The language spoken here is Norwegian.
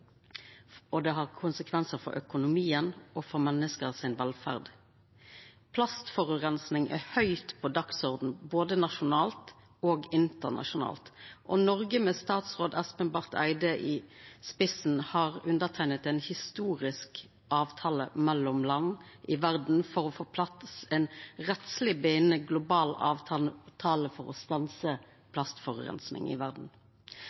og det har konsekvensar for økonomien og for velferda til menneske. Plastforureining er høgt på dagsordenen både nasjonalt og internasjonalt, og Noreg – med statsråd Espen Barth Eide i spissen – har underteikna ein historisk avtale mellom land i verda for å få på plass ein rettsleg bindande global avtale for å stansa plastforureininga i verda.